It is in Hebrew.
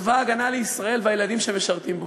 צבא הגנה לישראל והילדים שמשרתים בו?